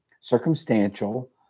circumstantial